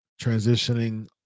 transitioning